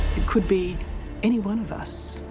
it could be any one of us.